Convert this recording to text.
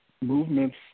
movements